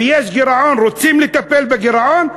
ויש גירעון, רוצים לטפל בגירעון?